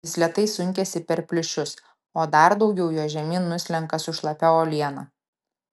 jis lėtai sunkiasi per plyšius o dar daugiau jo žemyn nuslenka su šlapia uoliena